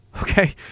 okay